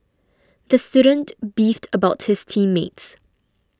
the student beefed about his team mates